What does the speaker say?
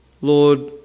Lord